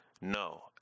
No